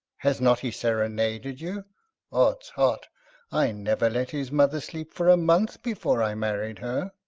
has not he serenaded you odsheart i never let his mother sleep for a month before i married her.